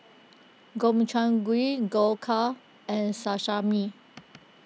Gobchang Gui Dhokla and Sashimi